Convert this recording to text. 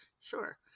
sure